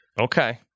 Okay